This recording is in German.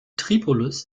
tripolis